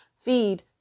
feed